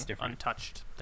untouched